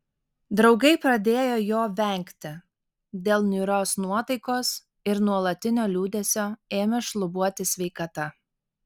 draugai pradėjo jo vengti dėl niūrios nuotaikos ir nuolatinio liūdesio ėmė šlubuoti sveikata